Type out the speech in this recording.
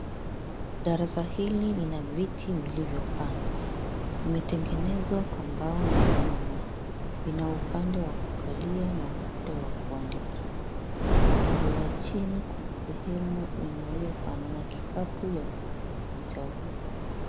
Darasa hili lina viti vilivyopangwa, vimetengenezwa kwa mbao na vyuma, vina upande wa kukalia na upande wa kuandikia upande wa chini kuna sehemu inayofanana kikabu ya kuweka vitabu.